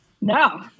no